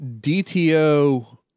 DTO